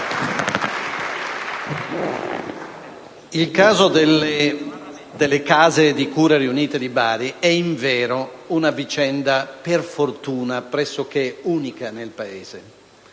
il caso delle Case di cura riunite di Bari è invero una vicenda, per fortuna, pressoché unica nel Paese.